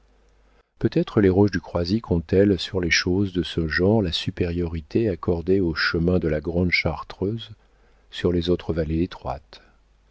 peut-être les roches du croisic ont-elles sur les choses de ce genre la supériorité accordée au chemin de la grande chartreuse sur les autres vallées étroites